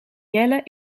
jelle